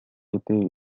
été